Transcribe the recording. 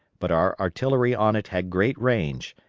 but our artillery on it had great range,